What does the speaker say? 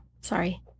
sorry